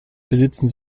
besitzen